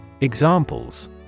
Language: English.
Examples